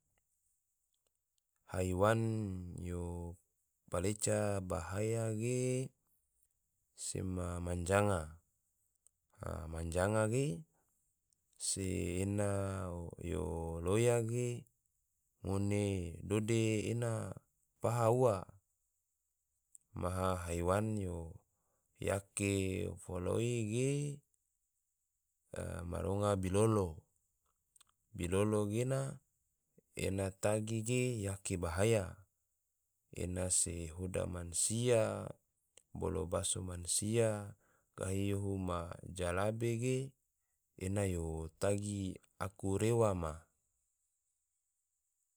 Haiwan yo paleca bahaya ge, sema manjanga, a manjanga ge se ena yo loya ge, ngone dode ena paha ua. maha haiwan yo yake foloi ge, a maronga bilolo, biloo gena ena tagi ge yake bahaya, ena se hoda mansia bolo baso mansia gahi yohu ma jalabe ge, ena yo tagi aku rewa ma